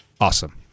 awesome